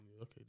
Okay